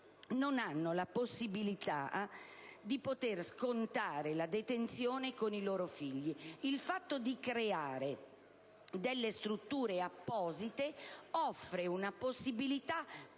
non hanno la possibilità di scontare la detenzione insieme ai loro figli. Il fatto di creare delle strutture apposite offre una possibilità